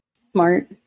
Smart